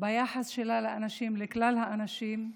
ביחס שלה לאנשים, לכלל לאנשים,